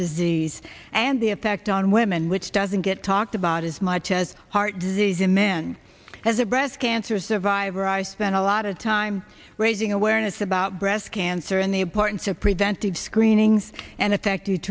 disease and the effect on women which doesn't get talked about as much as heart disease in men as a breast cancer survivor i spent a lot of time raising awareness about breast cancer and the importance of preventive screenings and effect